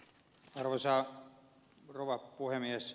arvoisa rouva puhemies